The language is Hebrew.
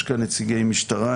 יש כאן נציגי משטרה,